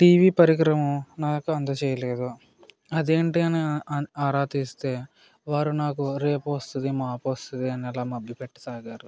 TV పరికరం నాకు అందచేయలేదు అదేంటి అని అన్ ఆరా తీస్తే వారు నాకు రేపోస్తుంది మాపొస్తుంది అనలా మబ్బిపెట్టసాగారు